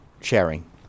sharing